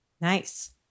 Nice